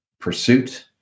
pursuit